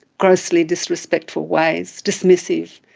grossly disrespectful ways, dismissive,